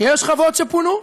יש חוות שפונו,